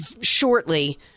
shortly